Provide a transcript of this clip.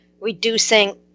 reducing